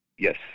Yes